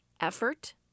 effort